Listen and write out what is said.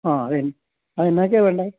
ആ അത് അത് എന്തൊക്കെയാണ് വേണ്ടത്